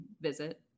visit